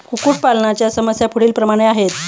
कुक्कुटपालनाच्या समस्या पुढीलप्रमाणे आहेत